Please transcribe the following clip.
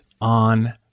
on